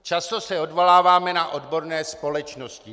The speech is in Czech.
Často se odvoláváme na odborné společnosti.